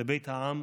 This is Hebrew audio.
לבית העם,